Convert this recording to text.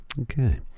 Okay